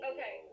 Okay